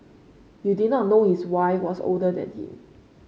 you did not know his wife was older than him